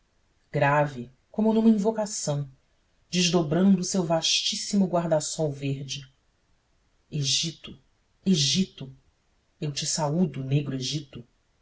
grave como numa invocação desdobrando o seu vastíssimo guarda-sol verde egito egito eu te saúdo negro egito